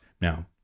Now